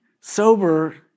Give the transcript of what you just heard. sober